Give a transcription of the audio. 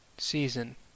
Season